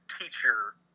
teacher